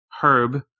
Herb